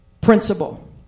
principle